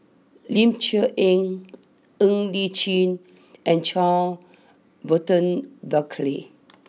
Ling Cher Eng Ng Li Chin and Charles Burton Buckley